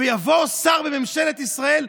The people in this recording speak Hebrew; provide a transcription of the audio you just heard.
ויבוא שר בממשלת ישראל,